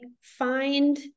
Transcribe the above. find